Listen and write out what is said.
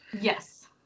yes